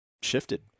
shifted